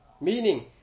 Meaning